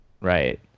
Right